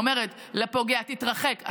היא אומרת לפוגע: תתרחק,